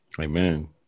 amen